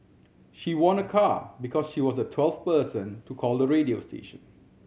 she won a car because she was the twelfth person to call the radio station